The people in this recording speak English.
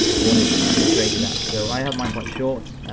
what it's created out so i have mine quite short,